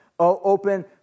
open